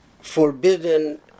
forbidden